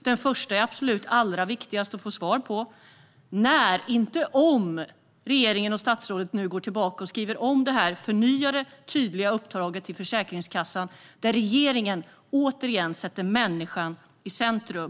Den första är allra viktigast att få svar på: när - inte om - regeringen och statsrådet kommer att ge ett nytt och tydligt uppdrag till Försäkringskassan, där regeringen återigen sätter människan i centrum.